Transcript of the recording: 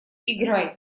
играй